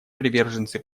приверженцы